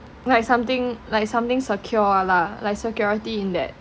like something like something secure lah like security in that